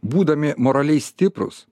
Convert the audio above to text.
būdami moraliai stiprūs